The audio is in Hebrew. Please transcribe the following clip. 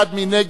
מי נגד?